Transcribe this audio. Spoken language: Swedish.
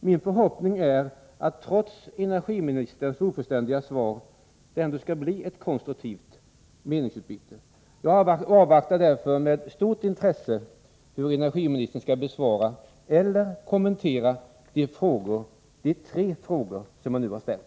Min förhoppning är, trots energiministerns ofullständiga svar, att det skall bli så. Jag avvaktar därför med stort intresse hur energiministern skall besvara eller kommentera de tre frågor jag nu har ställt.